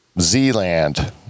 Z-land